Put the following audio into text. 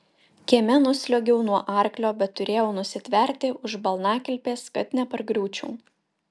kieme nusliuogiau nuo arklio bet turėjau nusitverti už balnakilpės kad nepargriūčiau